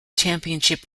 championship